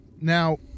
Now